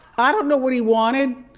i don't know what he wanted,